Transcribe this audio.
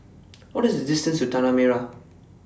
What IS The distance to Tanah Merah